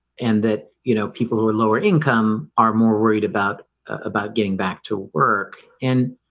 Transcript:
and that you know people who are lower income are more worried about about getting back to work and